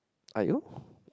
!aiyo!